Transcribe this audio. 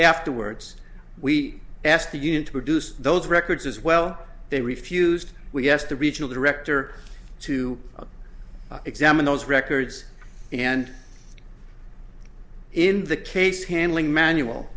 afterwards we asked the union to produce those records as well they refused we asked the regional director to examine those records and in the case handling manual